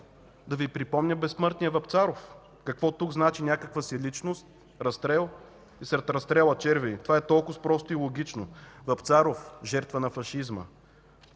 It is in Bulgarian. Да Ви припомня безсмъртния Вапцаров? „Какво тук значи някаква си личност?! Разстрел, и след разстрела – червей. Това е толкоз просто и логично.” Вапцаров – жертва на фашизма.